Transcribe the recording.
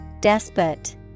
Despot